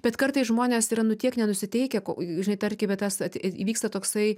bet kartais žmonės yra nu tiek nenusiteikę kožinai tarkime tas at įvyksta toksai